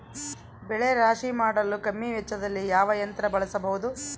ಬೆಳೆ ರಾಶಿ ಮಾಡಲು ಕಮ್ಮಿ ವೆಚ್ಚದಲ್ಲಿ ಯಾವ ಯಂತ್ರ ಬಳಸಬಹುದು?